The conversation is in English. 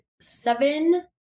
seven